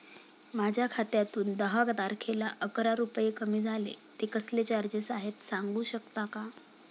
माझ्या खात्यातून दहा तारखेला अकरा रुपये कमी झाले आहेत ते कसले चार्जेस आहेत सांगू शकता का?